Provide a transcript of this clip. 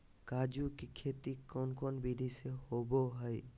काजू के खेती कौन कौन विधि से होबो हय?